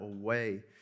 away